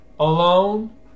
alone